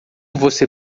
você